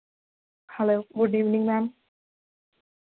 hello good evening ma'am